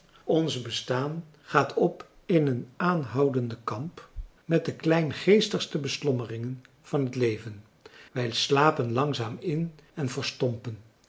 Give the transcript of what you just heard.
ons bestaan gaat op in een aanhoudenden kamp met de kleingeestigste beslommeringen van het leven wij slapen langzaam in en verstompen